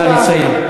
נא לסיים.